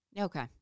Okay